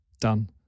done